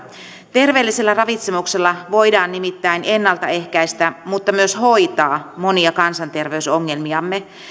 terveellisellä ravitsemuksella voidaan nimittäin ennaltaehkäistä mutta myös hoitaa monia kansanterveysongelmiamme